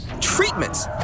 treatments